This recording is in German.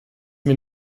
mir